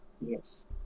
Yes